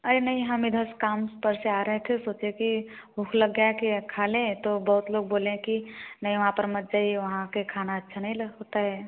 अरे नहीं हम इधर काम पर से आ रहे थे सोचे कि भूख लग गया कि खा लें तो बहुत लोग बोले हैं कि नहीं वहाँ पर मत जाइए वहाँ के खाना अच्छा नहीं लगता है